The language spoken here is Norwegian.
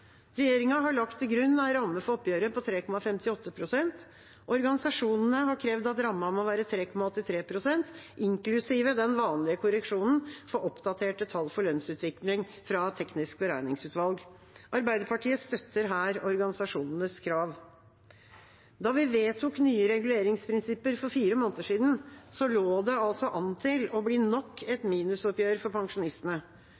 har krevd at ramma må være 3,83 pst., inklusive den vanlige korreksjonen for oppdaterte tall for lønnsutvikling fra Teknisk beregningsutvalg. Arbeiderpartiet støtter her organisasjonenes krav. Da vi vedtok nye reguleringsprinsipper for fire måneder siden, lå det an til å bli nok